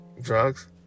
drugs